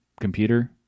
computer